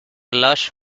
lush